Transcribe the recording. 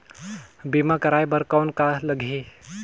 बीमा कराय बर कौन का लगही?